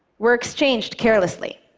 were exchanged carelessly,